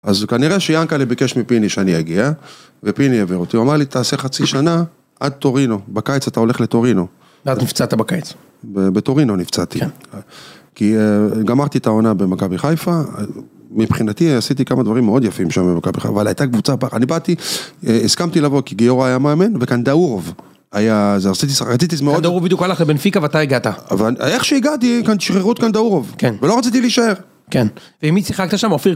אז כנראה שיאנקל׳ה בקש מפיני שאני אגיע, ופיני העביר אותי, הוא אמר לי, תעשה חצי שנה, עד טורינו, בקיץ אתה הולך לטורינו. - ואז נפצעת בקיץ. - בטורינו נפצעתי. כי גמרתי את העונה במכבי חיפה, מבחינתי עשיתי כמה דברים מאוד יפים שם במכבי חיפה, אבל הייתה קבוצה... אני באתי, הסכמתי לבוא כי גיורא היה מאמן, וגנדאורוב, היה... רציתי... - גנדאורוב בדיוק הלך לבנפיקה ואתה הגעת. - אבל איך שהגעתי, שיחררו את גנדאורוב. -כן. - ולא רציתי להישאר. - כן. - עם מי שיחקת שם? אופיר